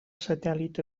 satèl·lit